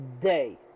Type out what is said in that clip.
day